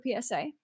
psa